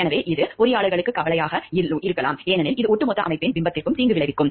எனவே இது பொறியாளர்களுக்கு கவலையாக உள்ளது ஏனெனில் இது ஒட்டுமொத்த அமைப்பின் பிம்பத்திற்கு தீங்கு விளைவிக்கும்